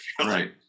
Right